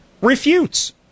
refutes